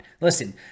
Listen